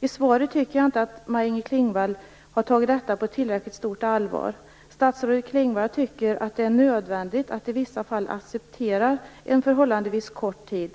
Jag tycker inte att Maj Inger Klingvall har tagit detta på tillräckligt stort allvar i svaret. Statsrådet Klingvall tycker att det är nödvändigt att i vissa fall acceptera en förhållandevis kort tid.